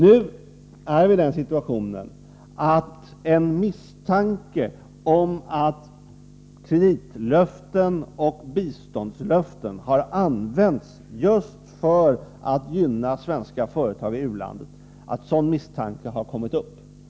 Nu är vi i den situationen att en misstanke om att kreditoch biståndslöften har använts just för att gynna svenskt företag i ett u-land har kommit upp.